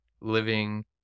living